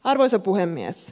arvoisa puhemies